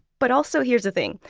but also, here's the thing.